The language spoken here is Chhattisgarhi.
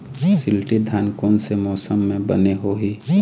शिल्टी धान कोन से मौसम मे बने होही?